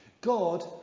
God